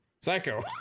psycho